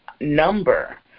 number